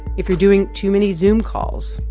if you're doing too many zoom calls,